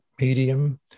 medium